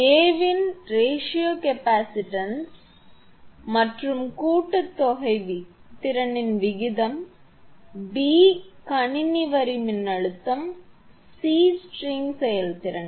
a வின் ratio capacitance ratio மற்றும் கூட்டுத் திறனின் விகிதம் b கணினி வரி மின்னழுத்தம் மற்றும் c ஸ்ட்ரிங் செயல்திறன்